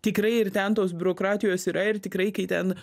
tikrai ir ten tos biurokratijos yra ir tikrai kai ten